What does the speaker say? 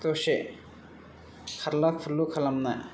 दसे खारला खुरला खालामना